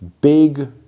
big